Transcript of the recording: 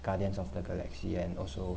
guardians of the galaxy and also